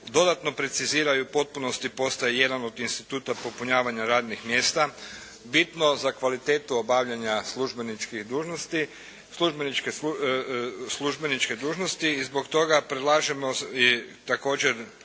dodatno precizira i u potpunosti postaje jedan od instituta popunjavanja radnih mjesta bitno za kvalitetu obavljanja službeničkih dužnosti, službeničke dužnosti i zbog toga predlažemo i također